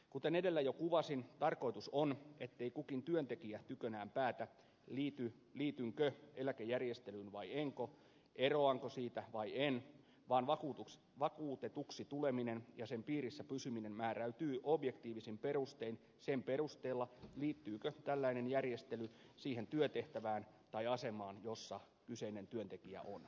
kuten edellä jo kuvasin tarkoitus on ettei kukin työntekijä tykönään päätä liitynkö eläkejärjestelyyn vai enkö eroanko siitä vai en vaan vakuutetuksi tuleminen ja sen piirissä pysyminen määräytyy objektiivisin perustein sen perusteella liittyykö tällainen järjestely siihen työtehtävään tai asemaan jossa kyseinen työntekijä on